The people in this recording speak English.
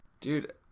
dude